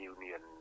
Union